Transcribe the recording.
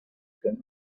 can